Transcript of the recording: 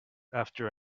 after